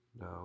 No